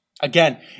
Again